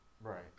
Right